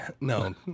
No